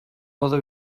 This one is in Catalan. mode